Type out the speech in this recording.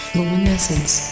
Luminescence